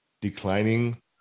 declining